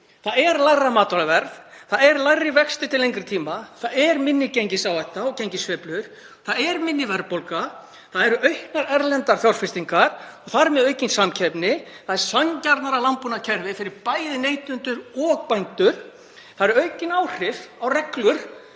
Það er lægra matvælaverð. Það eru lægri vexti til lengri tíma. Það er minni gengisáhætta og gengissveiflur. Það er minni verðbólga. Það eru auknar erlendar fjárfestingar og þar með aukin samkeppni. Það er sanngjarnara landbúnaðarkerfi fyrir bæði neytendur og bændur. Það eru aukin áhrif á reglur